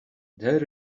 there